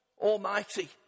Almighty